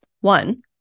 One